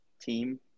team